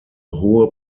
hohe